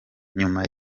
nyuma